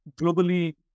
globally